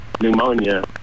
pneumonia